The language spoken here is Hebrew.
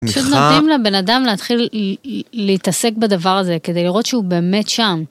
פשוט נותנים לבן אדם להתחיל להתעסק בדבר הזה, כדי לראות שהוא באמת שם.